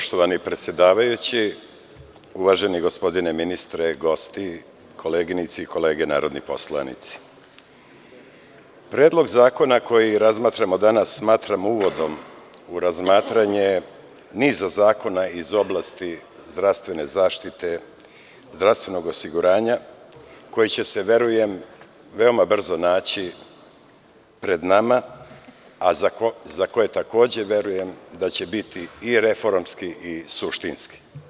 Poštovani predsedavajući, uvaženi gospodine ministre i gosti, koleginice i kolege narodni poslanici, Predlog zakona koji razmatramo danas smatramo uvodom u razmatranje niza zakona iz oblasti zdravstvene zaštite, zdravstvenog osiguranja, koji će se verujem veoma brzo naći pred nama, a za koji takođe verujem da će biti reformski i suštinski.